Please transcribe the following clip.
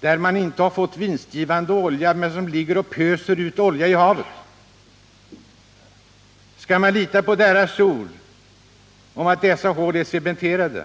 där de inte fått tag på vinstgivande olja, hål som ligger och pyser ut olja i havet? Skall man lita på företagens ord om att dessa hål är cementerade?